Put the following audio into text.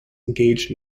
engaged